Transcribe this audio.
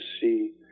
see